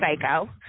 psycho